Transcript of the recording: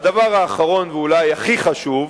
והדבר האחרון, ואולי הכי חשוב,